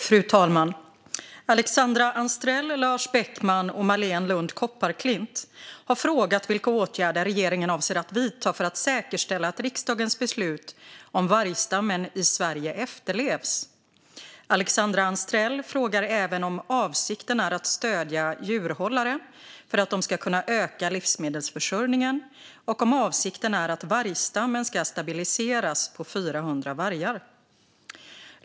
Fru talman! Alexandra Anstrell, Lars Beckman och Marléne Lund Kopparklint har frågat vilka åtgärder regeringen avser att vidta för att säkerställa att riksdagens beslut om vargstammen i Sverige efterlevs. Alexandra Anstrell frågar även om avsikten är att stödja djurhållare för att de ska kunna öka livsmedelsförsörjningen och om avsikten är att vargstammen ska stabiliseras på 400 vargar.